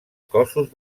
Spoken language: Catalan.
cossos